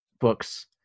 books